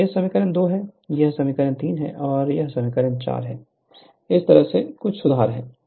यह समीकरण 2 है यह समीकरण 3 है और यह समीकरण 4 है इस तरह से कुछ सुधार है